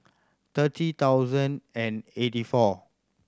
thirty thousand and eighty four